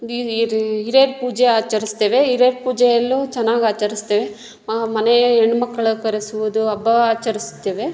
the ಇರ್ ಹಿರಿಯರ ಪೂಜೆ ಆಚರಿಸ್ತೇವೆ ಹಿರಿಯರ ಪೂಜೆಯಲ್ಲೂ ಚೆನ್ನಾಗ್ ಆಚರಿಸ್ತೇವೆ ಮನೆಯ ಹೆಣ್ಣು ಮಕ್ಕಳ ಕರೆಸುವುದು ಹಬ್ಬವ ಆಚರಿಸುತ್ತೇವೆ